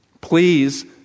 Please